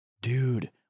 Dude